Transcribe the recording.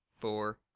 four